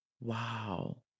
Wow